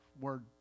word